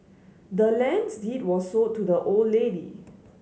the land's deed was sold to the old lady